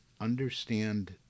understand